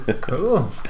Cool